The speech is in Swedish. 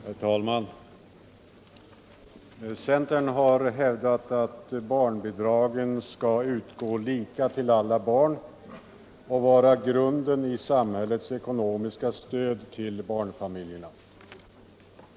Herr talman! Centern har hävdat att barnbidragen skall utgå lika till alla barn och vara grunden i samhällets ekonomiska stöd till barnfamiljerna.